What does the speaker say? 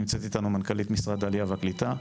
נמצאת איתנו מנכ"לית משרד העלייה והקליטה.